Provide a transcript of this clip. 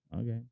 Okay